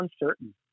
uncertain